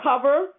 cover